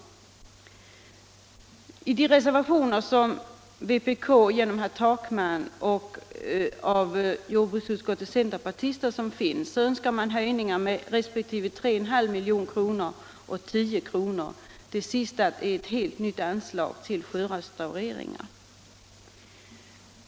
I reservationer från vpk genom herr Takman och från jordbruksutskottets centerpartister föreslås höjningar med respektive 3,5 milj.kr. och 10 milj.kr.; det sistnämnda är ett helt nytt anslag till sjörestaureringar.